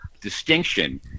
distinction